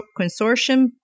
Consortium